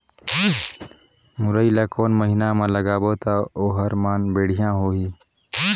मुरई ला कोन महीना मा लगाबो ता ओहार मान बेडिया होही?